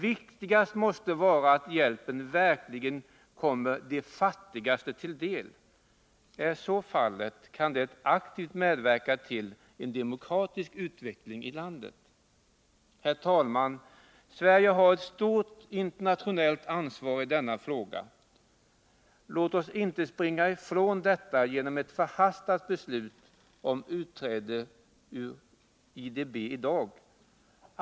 Viktigast måste vara att hjälpen verkligen kommer de fattigaste till del. Är så fallet, kan det aktivt medverka till en demokratisk utveckling i landet. Herr talman! Sverige har ett stort internationellt ansvar i denna fråga. Låt oss inte springa ifrån detta genom ett förhastat beslut om utträde ur IDB.